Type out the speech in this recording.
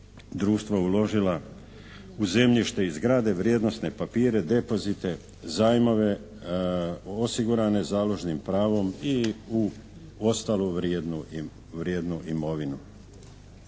društva uložila u zemljište i zgrade, vrijednosne papire, depozite, zajmove osigurane založnim pravom i u ostalu vrijednu imovinu.